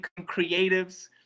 creatives